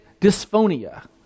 dysphonia